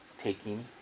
taking